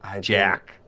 Jack